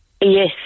Yes